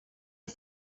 are